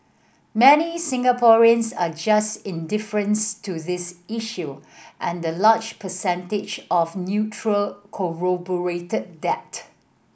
many Singaporeans are just indifference to this issue and the large percentage of neutral corroborated that